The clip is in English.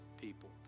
people